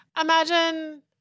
imagine